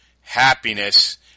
happiness